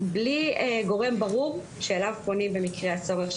בלי גורם ברור שאליו פונים במקרה הצורך,